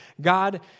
God